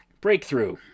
Breakthrough